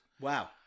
Wow